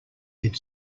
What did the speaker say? had